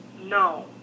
no